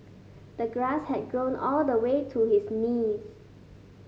the grass had grown all the way to his knees